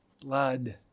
blood